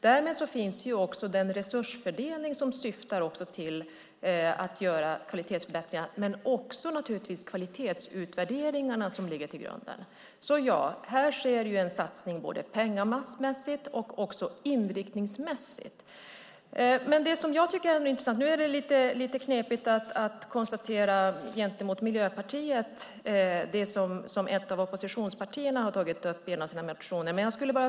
Därmed finns också den resursfördelning som syftar till kvalitetsförbättringar liksom de kvalitetsutvärderingar som ligger till grund för det. Här sker alltså en satsning både pengamässigt och inriktningsmässigt. Det är kanske lite knepigt att mot Miljöpartiet anföra vad ett annat av oppositionspartierna har tagit upp i en av sina motioner.